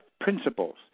principles